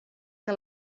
que